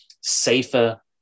safer